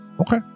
Okay